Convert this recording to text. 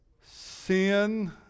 Sin